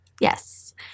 Yes